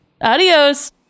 Adios